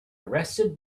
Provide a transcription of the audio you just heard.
arrested